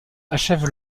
achève